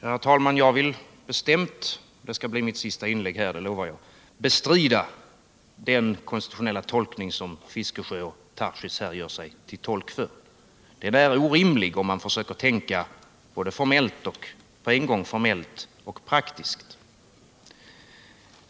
Herr talman! Detta skall bli mitt sista inlägg i den här frågan, det lovar jag. Jag vill emellertid bestämt bestrida den konstitutionella tolkning som Bertil Fiskejö och Daniel Tarschys här företräder. Den är orimlig, om man försöker tänka på en gång formellt och praktiskt.